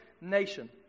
nation